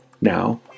Now